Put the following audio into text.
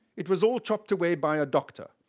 it was all chopped away by a doctor.